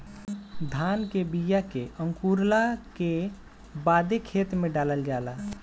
धान के बिया के अंकुरला के बादे खेत में डालल जाला